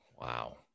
Wow